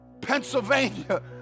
Pennsylvania